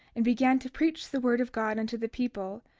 and began to preach the word of god unto the people,